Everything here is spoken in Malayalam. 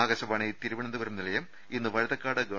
ആകാശവാണി തിരുവനന്തപുരം നിലയം ഇന്ന് വഴുതക്കാട് ഗവ